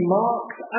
marks